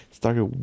started